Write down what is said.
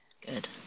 good